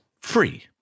free